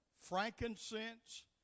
frankincense